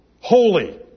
holy